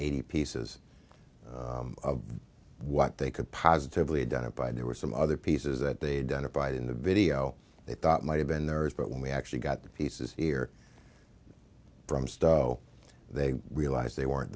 eighty pieces of what they could positively done by there were some other pieces that they'd done it by in the video they thought might have been there is but when we actually got the pieces here from stuff they realized they weren't